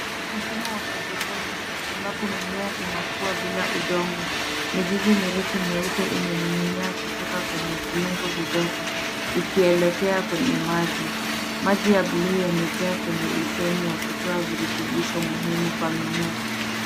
Mfumo wa hydoponics ambapo mimea inakua bila udongo. Mizizi mirefu nyeupe imening'inia kutoka kwenye viungo vidogo ikielekea kwenye maji. Maji ya buluu yamejaa kwenye beseni yakitoa virutubisho muhimu kwa mimea.